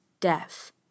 death